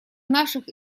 наших